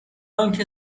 آنکه